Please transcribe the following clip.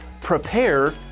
prepare